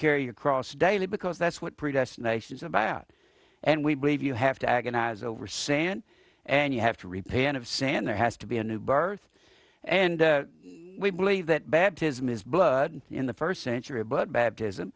carry your cross daily because that's what predestination is about and we believe you have to agonize over sand and you have to repay and of sand there has to be a new birth and we believe that bad business blood in the first century but baptism